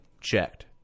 checked